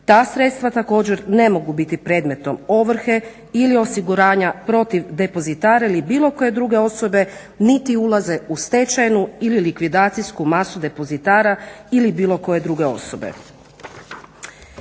Ta sredstva također ne mogu biti predmetom ovrhe ili osiguranja protiv depozitara ili bilo koje druge osobe, niti ulaze u stečajnu ili likvidacijsku masu depozitara ili bilo koje druge osobe.